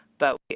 but,